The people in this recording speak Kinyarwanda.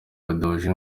badahuje